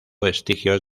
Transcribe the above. vestigios